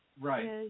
Right